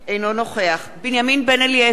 אינו נוכח בנימין בן-אליעזר,